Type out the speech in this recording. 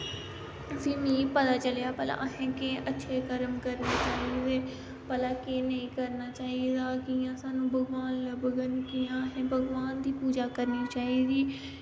फ्ही मिगी पता चलेआ भला असें केह् अच्छे कर्म करने चाही दे भला केह् नेंई करना चाही दा कियां स्हानू भगवान लभगन कियां असें भगवान दी पूजा करनी चाही दी